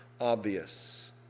obvious